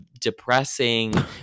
depressing